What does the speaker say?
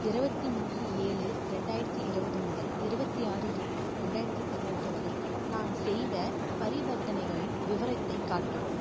இருபத்தி மூணு ஏலு ரெண்டாயிரத்தி இருபது முதல் இருபத்தி ஆறு எட்டு ரெண்டாயிரத்தி பதினெட்டு வரை நான் செய்த பரிவர்த்தனைகளின் விவரத்தை காட்டவும்